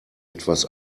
etwas